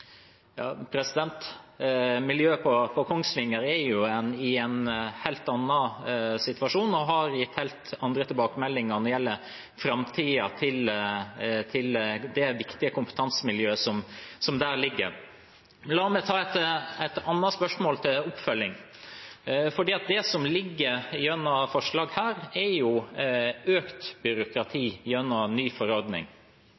på Kongsvinger er jo i en helt annen situasjon og har gitt helt andre tilbakemeldinger når det gjelder framtiden til det viktige kompetansemiljøet som der ligger. Men la meg ta et annet spørsmål til oppfølging. Det som ligger i forslaget her, er jo økt